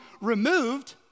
removed